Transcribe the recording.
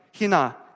Hina